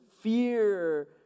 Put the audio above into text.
fear